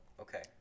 Okay